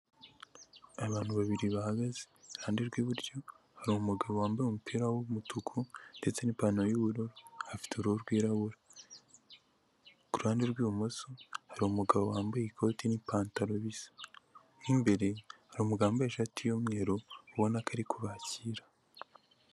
Abantu babiri bahagaze iruhande rw'iburyo hari umugabo wambaye umupira w'umutuku ndetse n'ipantaro y'ubururu afite uruhu rwirabura .Ku ruhande rw'ibumoso hari umugabo wambaye ikoti n'ipantaro bisa nk'imbere hari umugabo wambaye ishati y'umweru ubona ko ari kubakira.